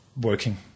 working